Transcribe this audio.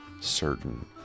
certain